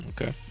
Okay